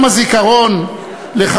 לדאבוננו,